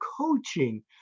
Coaching